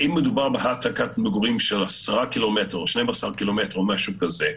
אם מדובר בהעתקת מגורים של עשרה קילומטר או 12 קילומטר או משהו כזה,